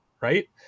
right